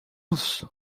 los